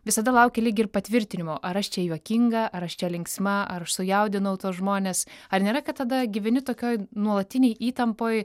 visada lauki lyg ir patvirtinimo ar aš čia juokinga ar aš čia linksma ar aš sujaudinau tuos žmones ar nėra kad tada gyveni tokioj nuolatinėj įtampoj